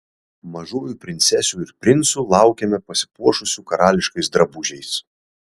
mažųjų princesių ir princų laukiame pasipuošusių karališkais drabužiais